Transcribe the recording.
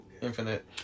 Infinite